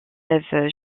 lèvent